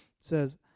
says